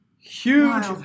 huge